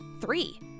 Three